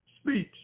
speech